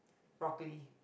broccoli